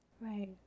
Right